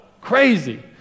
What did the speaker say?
Crazy